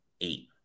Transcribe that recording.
Eight